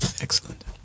Excellent